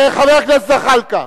חבר הכנסת זחאלקה.